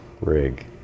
rig